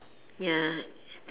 ya